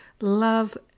love